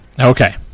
Okay